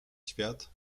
świat